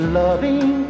loving